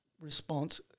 response